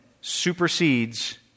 supersedes